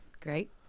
Great